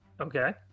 Okay